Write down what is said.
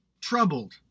troubled